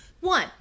One